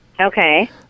Okay